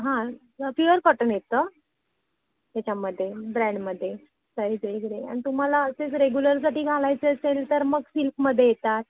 हां pure cotton येतं त्याच्यामध्ये ब्रँडमध्ये साईज वगैरे आणि तुम्हाला असे रेग्युलरसाठी घालायचे असेल तर मग सिल्कमध्ये येतात